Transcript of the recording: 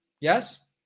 Yes